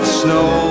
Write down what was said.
snow